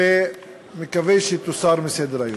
ואני מקווה שהיא תוסר מסדר-היום.